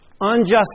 unjust